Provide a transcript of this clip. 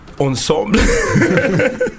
Ensemble